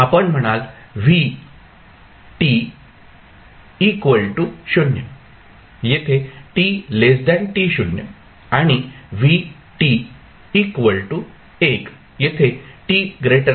आपण म्हणाल येथे आणि येथे असेल